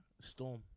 storm